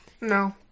No